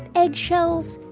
eggshells,